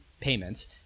payments